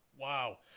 Wow